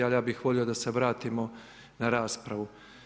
Ali ja bih volio da se vratimo na raspravu.